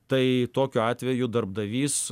tai tokiu atveju darbdavys